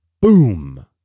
boom